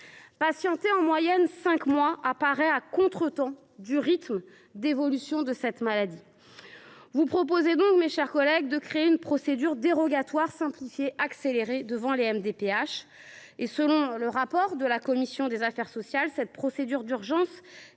Patienter en moyenne cinq mois apparaît à contretemps du rythme d’évolution de la maladie. Vous proposez donc, mes chers collègues, de créer une procédure dérogatoire simplifiée et accélérée devant les MDPH. Selon le rapport de la commission des affaires sociales, cette procédure d’urgence